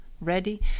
ready